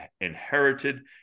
inherited